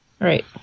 Right